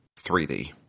3D